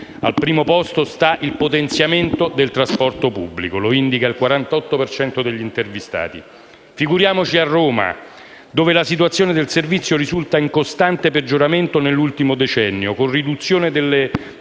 al primo posto sta il potenziamento del trasporto pubblico (lo indica 48 per cento degli intervistati). Figuriamoci a Roma, dove la situazione del servizio risulta in costante peggioramento nell'ultimo decennio, con riduzione delle